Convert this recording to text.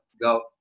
go